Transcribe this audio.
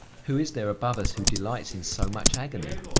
who is there above us who delights in so much agony?